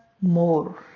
more